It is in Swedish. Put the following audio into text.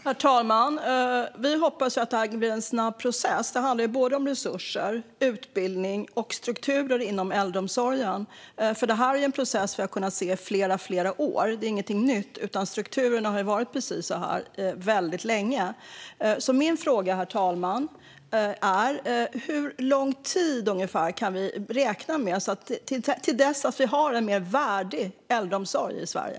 Herr talman! Vi hoppas att detta kan bli en snabb process. Det handlar om resurser, utbildning och strukturer inom äldreomsorgen. Detta är ju en process som vi har kunnat se under flera år. Det är ingenting nytt, utan strukturerna har sett ut så här väldigt länge. Min fråga är: Hur lång tid kan vi räkna med till dess att vi har en mer värdig äldreomsorg i Sverige?